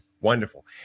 wonderful